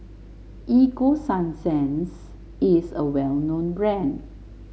Ego Sunsense is a well known brand